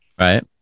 right